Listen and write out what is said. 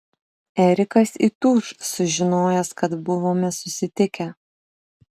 erikas įtūš sužinojęs kad buvome susitikę